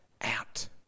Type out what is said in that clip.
out